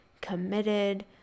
committed